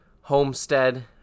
Homestead